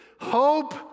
hope